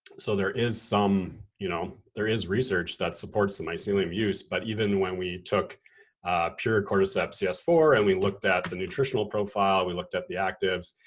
so there is some, you know there is research that supports the mycelium use, but even when we took pure cordyceps c s four, and we looked at the nutritional profile, we looked at the actives,